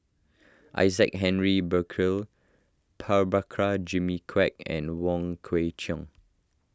Isaac Henry Burkill Prabhakara Jimmy Quek and Wong Kwei Cheong